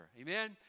amen